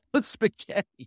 spaghetti